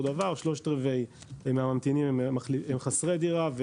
אותו דבר: 3/4 מהממתינים הם חסרי דירה,